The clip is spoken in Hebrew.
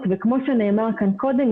כולנו יודעים.